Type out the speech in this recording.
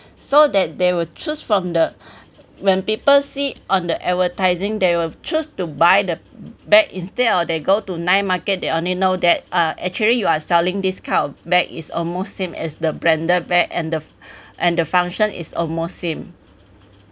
so that they will choose from the when people see on the advertising they will choose to buy the bag instead of they go to night market they only know that uh actually you are selling this kind of bag is almost same as the branded bag and the and the function is almost same